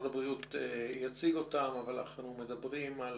אנחנו מדברים על